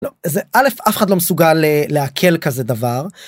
זה אלף אף אחד לא מסוגל לעכל כזה דבר.